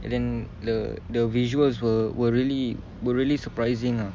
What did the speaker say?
and then the the visuals were were really were really surprising ah